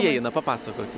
įeina papasakoki